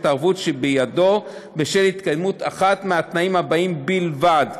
הערובות שבידו בשל התקיימות אחד התנאים הבאים בלבד: